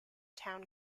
town